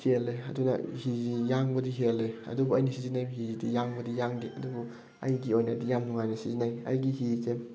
ꯆꯦꯟꯂꯦ ꯑꯗꯨꯅ ꯍꯤ ꯌꯥꯡꯕꯗꯤ ꯍꯦꯜꯂꯦ ꯑꯗꯨꯕꯨ ꯑꯩꯅ ꯁꯤꯖꯤꯟꯅꯔꯤꯕ ꯍꯤꯁꯤꯗꯤ ꯌꯥꯡꯕꯗꯤ ꯌꯥꯡꯗꯦ ꯑꯗꯨꯕꯨ ꯑꯩꯒꯤ ꯑꯣꯏꯅꯗꯤ ꯌꯥꯝꯅ ꯅꯨꯡꯉꯥꯏꯅ ꯁꯤꯖꯤꯟꯅꯩ ꯑꯩꯒꯤ ꯍꯤꯁꯦ